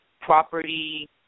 property